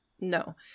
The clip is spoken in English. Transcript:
no